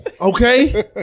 Okay